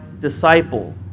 disciple